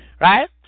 right